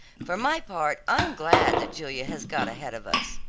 for my part, i am glad that julia has got ahead of us.